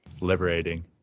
liberating